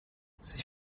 sie